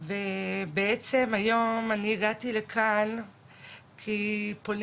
ובעצם היום אני הגעתי לכאן כי פונים